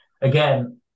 again